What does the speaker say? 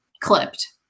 clipped